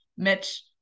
mitch